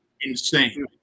insane